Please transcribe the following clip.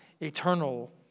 eternal